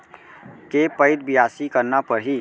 के पइत बियासी करना परहि?